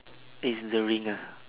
is the ringer